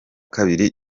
kabiri